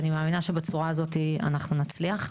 אני מאמינה שבצורה הזאת אנחנו נצליח.